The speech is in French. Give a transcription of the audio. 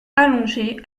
allongé